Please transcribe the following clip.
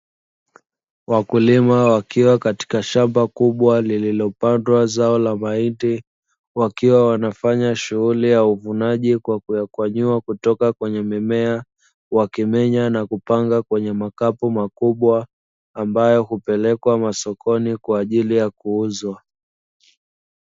Wakulima wakiwa katika shamba kubwa lililopandwa zao la mahindi, wakiwa wanafanya shughuli ya uvunaji kwa kuyakwanyua kutoka kwenye mimea, wakimenya na kupanga kwenye makapu makubwa ambayo hupelekwa masokoni kwa ajili ya kuuzwa.